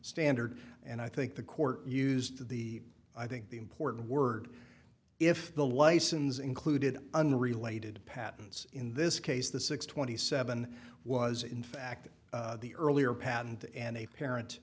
standard and i think the court used the i think the important word if the licens included unrelated patents in this case the six twenty seven was in fact the earlier patent and a parent